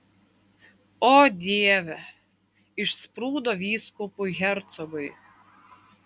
o dieve išsprūdo vyskupui hercogui